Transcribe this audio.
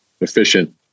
efficient